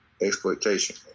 exploitation